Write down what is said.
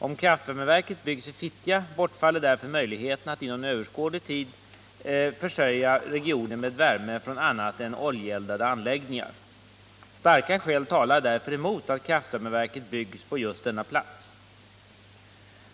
Om kraftvärmeverket byggs vid Fittja, bortfaller därför möjligheterna att inom överskådlig framtid försörja regionen med värme från annat än oljeeldade anläggningar. Starka skäl talar därför emot att kraftvärmeverket byggs på just denna plats.